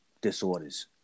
disorders